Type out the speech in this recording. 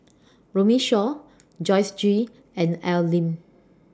Runme Shaw Joyce Jue and Al Lim